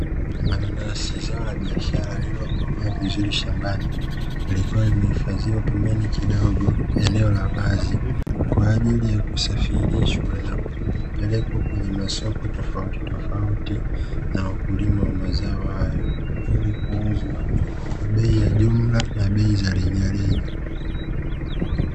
Mananasi zao la biashara lililokomaa vizuri shambani, likuwa limehifadhiwa pembeni kidogo eneo la wazi kwa ajili ya kusafirishwa na kupelekwa kwenye masoko tofautitofauti na wakulima wa mazao hayo, ili kuuzwa kwa bei ya jumla na bei za rejareja.